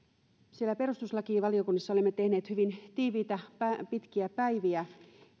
siellä perustuslakivaliokunnassa olemme tehneet hyvin tiiviitä pitkiä päiviä